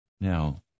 Now